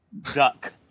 Duck